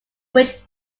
which